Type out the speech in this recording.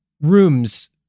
rooms